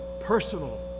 personal